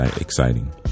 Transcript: exciting